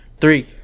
Three